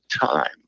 time